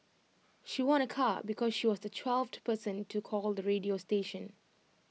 she won A car because she was the twelfth person to call the radio station